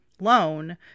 loan